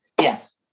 yes